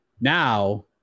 Now